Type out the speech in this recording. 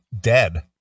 dead